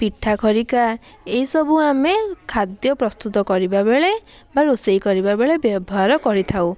ପିଠା ଖରିକା ଏହିସବୁ ଆମେ ଖାଦ୍ୟ ପ୍ରସ୍ତୁତ କରିବା ବେଳେ ବା ରୋଷେଇ କରିବା ବେଳେ ବ୍ୟବହାର କରିଥାଉ